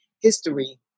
history